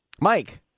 Mike